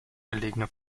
gelegene